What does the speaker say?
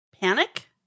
panic